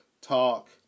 talk